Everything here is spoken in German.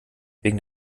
wegen